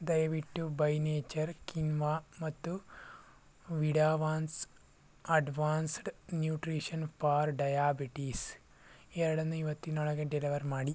ದಯವಿಟ್ಟು by nature quinoa ಮತ್ತು ವಿಡಾವಾನ್ಸ್ ಅಡ್ವಾನ್ಸ್ಡ್ ನ್ಯೂಟ್ರಿಷನ್ ಫಾರ್ ಡಯಾಬಿಟೀಸ್ ಎರಡನ್ನು ಇವತ್ತಿನೊಳಗೆ ಡೆಲೆವರ್ ಮಾಡಿ